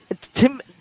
Tim